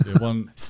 One